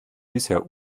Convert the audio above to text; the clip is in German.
bisher